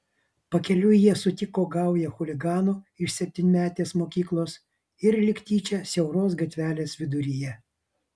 pakeliui jie susitiko gaują chuliganų iš septynmetės mokyklos ir lyg tyčia siauros gatvelės vidury